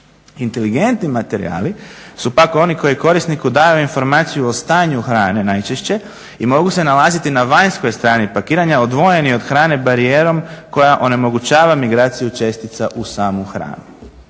Inteligentni materijali su pak oni koji korisniku daju informaciju o stanju hrane najčešće i mogu se nalaziti na vanjskoj strani pakiranja odvojeni od hrane barijerom koja onemogućava migraciju čestica u samu hranu.